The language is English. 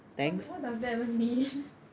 what what does that even mean